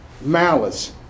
malice